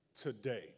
today